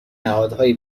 نهادهای